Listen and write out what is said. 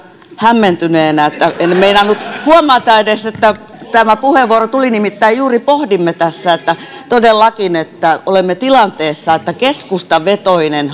hämmentyneenä että en meinannut huomata edes että tämä puheenvuoro tuli nimittäin juuri pohdimme tässä että todellakin olemme tilanteessa että keskustavetoinen